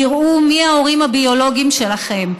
תראו מי ההורים הביולוגיים שלכם.